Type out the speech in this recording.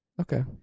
Okay